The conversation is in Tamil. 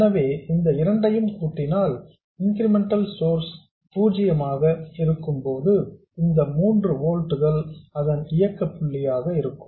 எனவே இந்த இரண்டையும் கூட்டினால் இன்கிரிமெண்டல் சோர்ஸ் 0 ஆக இருக்கும்போது இந்த 3 ஓல்ட்ஸ் அதன் இயக்க புள்ளியாக இருக்கும்